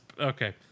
okay